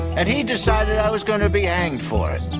and he decided i was going to be hanged for it.